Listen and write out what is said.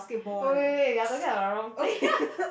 oh wait wait wait you are talking about the wrong thing